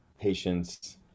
patience